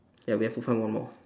ya we have to find one more